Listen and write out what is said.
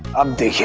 and